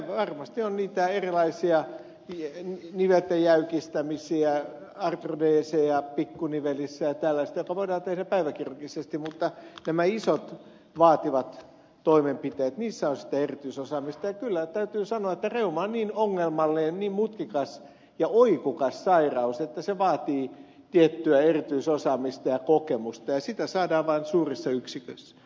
varmasti on niitä erilaisia niveltenjäykistämisiä artrodeeseja pikkunivelissä ja tällaisia jotka voidaan päiväkirurgisesti mutta näissä isoissa vaativissa toimenpiteissä on sitä erityisosaamista ja kyllä täytyy sanoa että reuma on niin ongelmallinen niin mutkikas ja oikukas sairaus että se vaatii tiettyä erityisosaamista ja kokemusta ja sitä saadaan vain suurissa yksiköissä